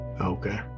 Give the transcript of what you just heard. Okay